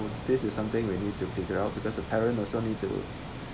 this is something we need to figure out because the parents also need to